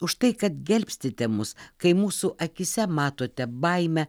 už tai kad gelbstite mus kai mūsų akyse matote baimę